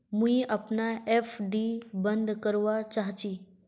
मुई अपना एफ.डी बंद करवा चहची